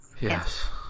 Yes